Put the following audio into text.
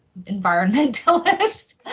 environmentalist